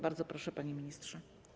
Bardzo proszę, panie ministrze.